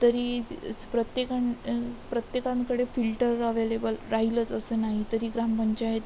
तरी ई च् प्रत्येकां प्रत्येकांकडे फील्टर अव्हेलेबल राहीलच असं नाही तरी ग्रामपंचायत